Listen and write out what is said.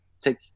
take